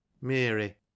Mary